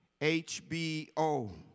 HBO